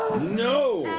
no!